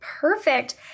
Perfect